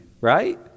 right